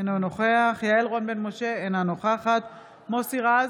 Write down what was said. אינו נוכח יעל רון בן משה, אינה נוכחת מוסי רז,